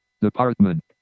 department